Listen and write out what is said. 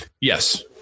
Yes